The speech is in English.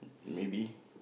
maybe